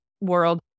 world